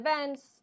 events